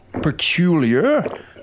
peculiar